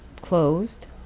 closed